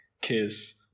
kiss